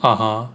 (uh huh)